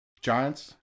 Giants